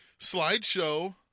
slideshow